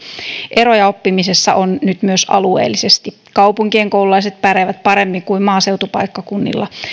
eroja oppimisessa on nyt myös alueellisesti kaupungeissa koululaiset pärjäävät paremmin kuin maaseutupaikkakunnilla